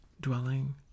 dwelling